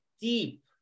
deep